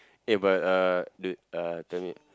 eh but uh the uh